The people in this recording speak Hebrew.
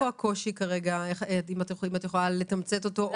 הקושי כרגע אם את יכולה לתמצת אותו?